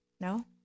No